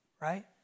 right